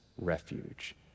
refuge